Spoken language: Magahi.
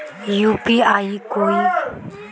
यु.पी.आई कोई